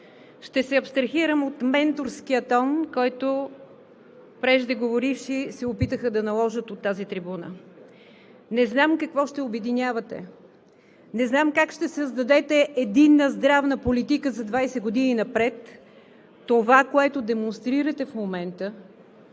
Ще се абстрахирам от менторския тон, който преждеговоривши се опитаха да наложат от тази трибуна. Не знам какво ще обединявате, не знам как ще създадете единна здравна политика за 20 години напред! Това, което демонстрирате в момента,